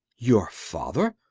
your father!